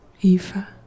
Eva